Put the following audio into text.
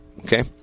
okay